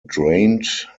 drained